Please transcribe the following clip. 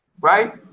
right